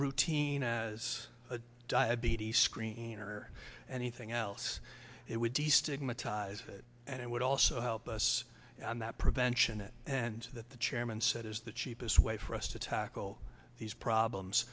routine as diabetes screen or anything else it would be stigmatized and it would also help us and that prevention it and that the chairman said is the cheapest way for us to tackle these problems